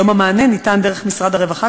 היום המענה ניתן דרך משרד הרווחה,